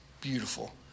beautiful